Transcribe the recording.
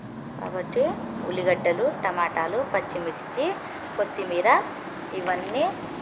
కాబట్టి ఉల్లిగడ్డలు టమాటాలు పచ్చిమిర్చి కొత్తిమీర ఇవన్నీ